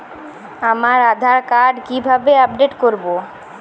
আমার আধার কার্ড কিভাবে আপডেট করব?